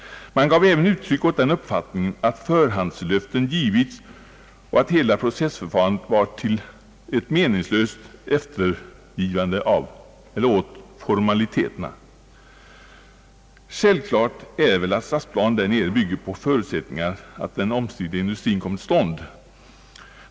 Man gav även uttryck åt den uppfattningen, att förhandslöften givits och att hela processförfarandet var en meningslös eftergift åt formaliteter. Självklart är väl att stadsplanen där nere bygger på förutsättningen att den omstridda industrin kommer till stånd.